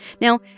Now